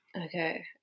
Okay